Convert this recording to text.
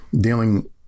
Dealing